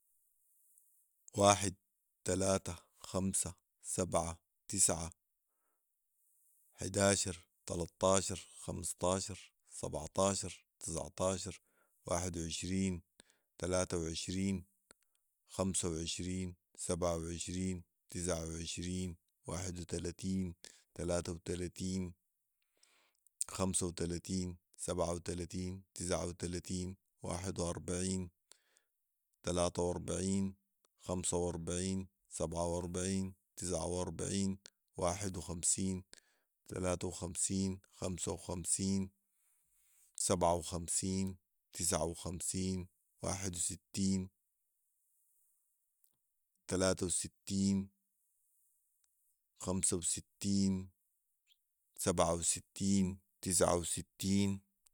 واحد ، تلاته ، خمسه ، سبعه ، تسعه ، حداشر ، تلطاشر ، خمسطاشر ، سبعطاشر ، تسعطاشر ، واحد وعشرين ، تلاته وعشرين ، خمسه وعشرين ، سبعه وعشرين ، تسعه وعشرين ، واحد وتلاتين ، تلاته وتلاتين ، خمسه وتلاتين ، سبعه وتلاتين ، تسعه وتلاتين ، واحد واربعين ، تلاته واربعين ، خمسه واربعين ، سبعه واربعين ، تسعه واربعين ، واحد وخمسين ، تلاته وخمسين ، خمسه وخمسين ، سبعه وخمسين ، تسعه وخمسين ، واحد وستين ، تلاته وستين ، خمسه وستين ، سبعه وستين ، تسعه وستين